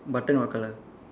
button what color